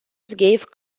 gave